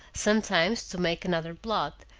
sometimes to make another blot,